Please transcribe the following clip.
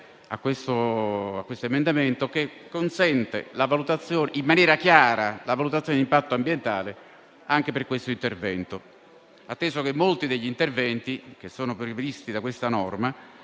dell'emendamento 2.11, che consente in maniera chiara la valutazione di impatto ambientale anche per questo intervento, atteso che molti degli interventi che sono previsti da questa norma,